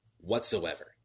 whatsoever